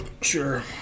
Sure